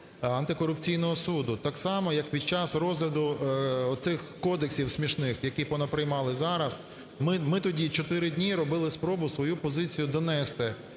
антикорупційного суду. Так само, як під час розгляду оцих кодексів смішних, які понаприймали зараз. Ми тоді чотири дні робили спробу свою позицію донести.